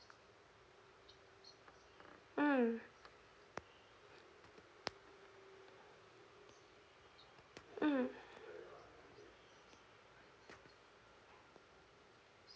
mm mm